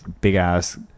big-ass